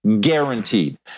guaranteed